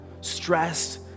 stressed